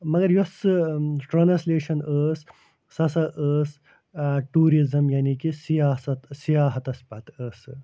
مگر یۄس سۄ ٹرٛانَسلیشَن ٲس سۄ ہسا ٲس ٲں ٹیٛوٗرِزٕم یعنی کہِ سیاست سیاحَتَس پتہٕ ٲسۍ سۄ